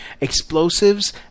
explosives